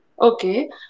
Okay